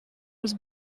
was